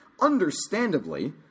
Understandably